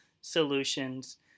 solutions